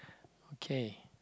okay